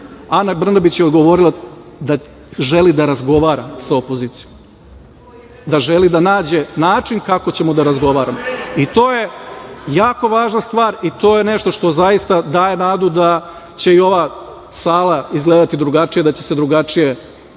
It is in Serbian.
Ana Brnabić je odgovorila da želi da razgovara sa opozicijom, da želi da nađe način kako ćemo da razgovaramo. To je jako važna stvar i to je nešto što zaista daje nadu da će i ova sala izgledati drugačije, da će se drugačije razgovarati,